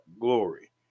glory